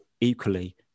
equally